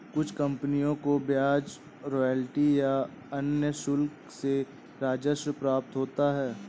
कुछ कंपनियों को ब्याज रॉयल्टी या अन्य शुल्क से राजस्व प्राप्त होता है